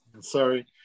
Sorry